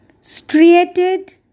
Striated